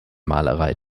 malerei